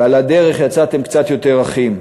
ועל הדרך יצאתם קצת יותר אחים.